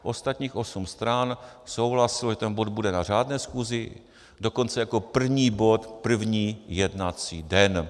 Ostatních osm stran souhlasilo, že ten bod bude na řádné schůzi, dokonce jako první bod první jednací den.